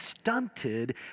stunted